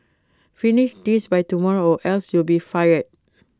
finish this by tomorrow or else you'll be fired